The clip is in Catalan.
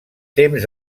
temps